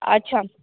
अच्छा